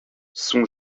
son